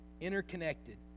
interconnected